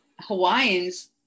Hawaiians